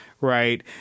right